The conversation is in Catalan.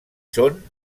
són